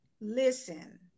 listen